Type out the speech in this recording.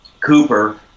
Cooper